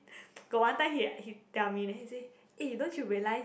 got one time he he tell me then he say eh don't you realise